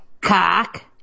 cock